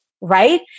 right